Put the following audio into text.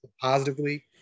positively